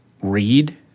read